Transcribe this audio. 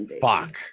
Fuck